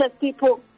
people